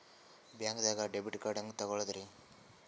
ಬ್ಯಾಂಕ್ದಾಗ debit card ಹೆಂಗ್ ತಗೊಳದ್ರಿ?